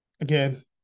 Again